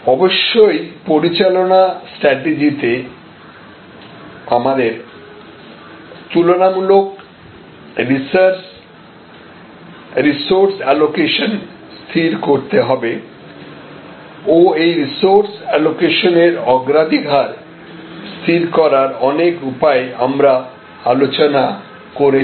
অবশ্যই পরিচালনা স্ট্র্যাটেজিতে আমাদের তুলনামূলক রিসোর্স অ্যালোকেশন স্থির করতে হবে ও এই রিসোর্স অ্যালোকেশনের অগ্রাধিকার স্থির করার অনেক উপায় আমরা আলোচনা করেছি